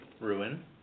Ruin